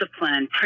discipline